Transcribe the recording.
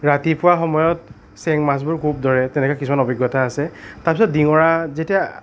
ৰাতিপুৱা সময়ত চেং মাছবোৰ খুব ধৰে তেনেকৈ কিছুমান অভিজ্ঞতা আছে তাৰপিছত ডিঙৰা যেতিয়া